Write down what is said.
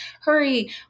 hurry